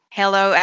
hello